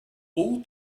all